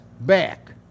back